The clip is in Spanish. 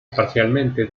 parcialmente